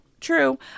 true